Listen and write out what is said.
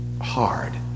hard